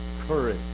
Courage